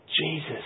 Jesus